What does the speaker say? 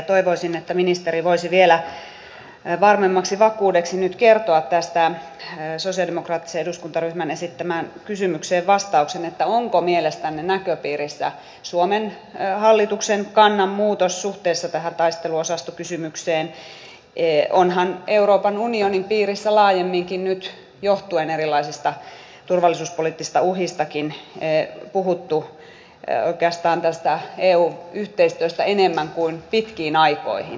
toivoisin että ministeri voisi vielä varmemmaksi vakuudeksi nyt kertoa sosialidemokraattisen eduskuntaryhmän esittämään kysymykseen vastauksen onko mielestänne näköpiirissä suomen hallituksen kannan muutos suhteessa tähän taisteluosastokysymykseen onhan euroopan unionin piirissä laajemminkin nyt johtuen erilaisista turvallisuuspoliittisista uhistakin puhuttu oikeastaan tästä eu yhteistyöstä enemmän kuin pitkiin aikoihin